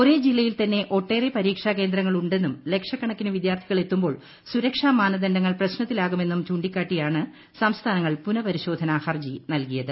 ഒരേ ജില്ലയിൽ തന്നെ ഒട്ടേറെ പരീക്ഷാകേന്ദ്രങ്ങൾ ഉണ്ടെന്നും ലക്ഷക്കണക്കിന് വിദ്യാർഥികൾ എത്തുമ്പോൾ സുരക്ഷാമാന്റ്രദണ്ഡങ്ങൾ പ്രശ്നത്തിൽ ആകുമെന്നും ചൂണ്ടിക്കാട്ടിയുട്ടുണ്ട് സംസ്ഥാനങ്ങൾ പുനഃപരിശോധനാ ഹർജി നൽകിയത്